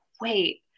Wait